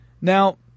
Now